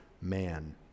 man